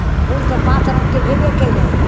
आओर फूल तऽ पाँच रङ्गके भेबे कएलै